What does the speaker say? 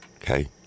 Okay